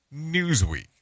Newsweek